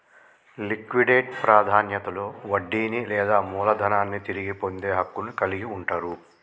liquidate ప్రాధాన్యతలో వడ్డీని లేదా మూలధనాన్ని తిరిగి పొందే హక్కును కలిగి ఉంటరు